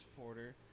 Porter